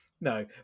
no